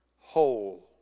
whole